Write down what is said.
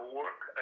work